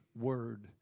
word